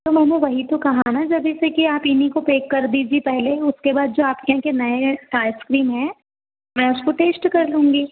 तो मैंने वही तो कहा न जब इसे कि आप इन्हीं को पैक कर दीजिए पहले ही उसके बाद जो आपके यहाँ के नए आइसक्रीम हैं मैं उसको टेस्ट कर लूँगी